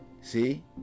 See